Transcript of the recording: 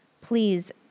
Please